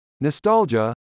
nostalgia